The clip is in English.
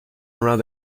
around